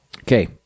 Okay